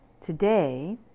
Today